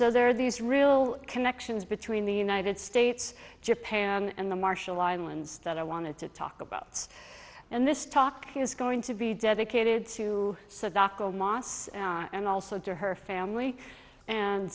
so there are these real connections between the united states japan and the marshall islands that i wanted to talk about and this talk is going to be dedicated to such doco moss and also to her family and